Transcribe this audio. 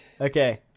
Okay